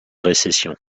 récession